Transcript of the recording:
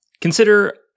Consider